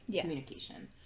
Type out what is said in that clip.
communication